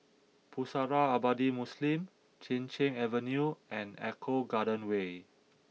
Pusara Abadi Muslim Chin Cheng Avenue and Eco Garden Way